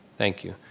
thank you.